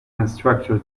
instructor